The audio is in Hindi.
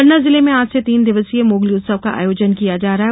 पन्ना जिले में आज से तीन दिवसीय मोगली उत्सव का आयोजन किया जा रहा है